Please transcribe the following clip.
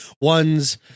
ones